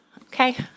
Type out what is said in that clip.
Okay